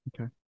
Okay